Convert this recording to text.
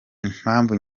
impamvu